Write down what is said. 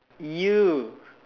you